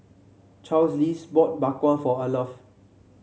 Charlize bought Bak Kwa for Arleth